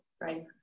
Right